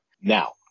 Now